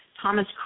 Thomas